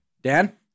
Dan